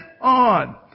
on